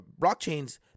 blockchains